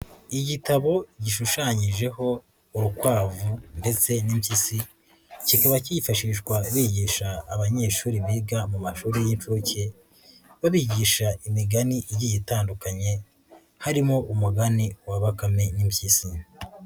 Igitabo gishushanyijeho urukwavu ndetse n'impyisi, kikaba kifashishwa bigisha abanyeshuri biga mu mashuri y'inshuke, babigisha imigani igiye itandukanye, harimo umugani wa bakame n'impyisi.